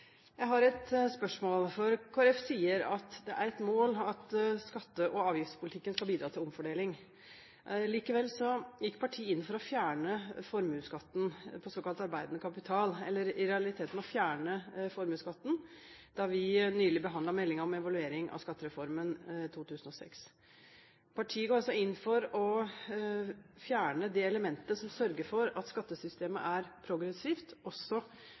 Jeg har et spørsmål. Kristelig Folkeparti sier at det er «et mål at skatte- og avgiftspolitikken bidrar til omfordeling». Likevel gikk partiet inn for å fjerne formuesskatten på såkalt arbeidende kapital, i realiteten fjerne formuesskatten, da vi nylig behandlet meldingen Evaluering av skattereformen 2006. Partiet går altså inn for å fjerne det elementet som sørger for at skattesystemet er progressivt også